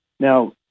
Now